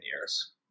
years